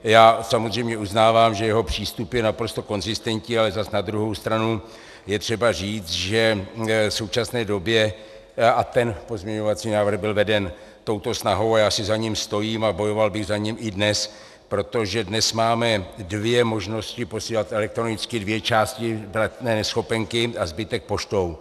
Já samozřejmě uznávám, že jeho přístup je naprosto konzistentní, ale zas na druhou stranu je třeba říct, že v současné době a ten pozměňovací návrh byl veden touto snahou a já si za ním stojím a bojoval bych za něj i dnes, protože dnes máme dvě možnosti posílat elektronicky dvě části neschopenky a zbytek poštou.